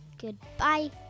Goodbye